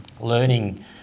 learning